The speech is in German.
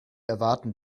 erwarten